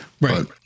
Right